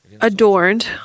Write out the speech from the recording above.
adorned